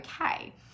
okay